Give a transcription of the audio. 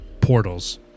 portals